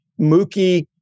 Mookie